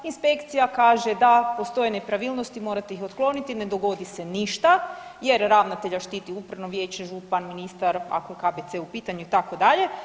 Inspekcija kaže da postoji nepravilnost i morate ih otkloniti, ne dogodi se ništa jer ravnatelja štiti Upravno vijeće, župan, ministar ako je KBC u pitanju itd.